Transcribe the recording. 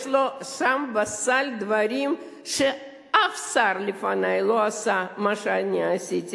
יש לו שם בסל דברים שאף שר לפני לא עשה מה שאני עשיתי.